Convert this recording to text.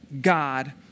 God